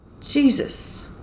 Jesus